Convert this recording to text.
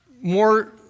more